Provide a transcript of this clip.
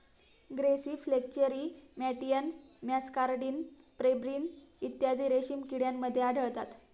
grasserie flacherie मॅटियन muscardine pebrine इत्यादी रेशीम किड्यांमध्ये आढळतात